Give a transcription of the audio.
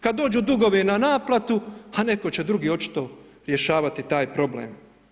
Kada dođu dugovi na naplatu, pa netko će drugi očito rješavati taj problem.